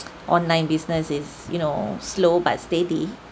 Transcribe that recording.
online business is you know slow but steady